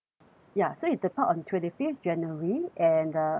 ya so it depart on twenty fifth january and uh